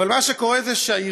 אבל מה שקורה זה שהעירייה,